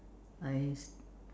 I